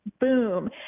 boom